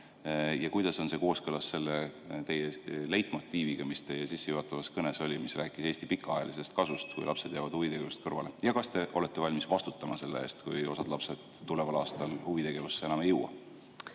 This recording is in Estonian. Ja kuidas on see kooskõlas selle leitmotiiviga teie sissejuhatavas kõnes, selle Eesti pikaajalise huviga, kui lapsed jäävad huvitegevusest kõrvale? Ja kas te olete valmis vastutama selle eest, kui osa lapsi tuleval aastal huvitegevusse enam ei jõua?